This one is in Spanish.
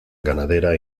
ganadera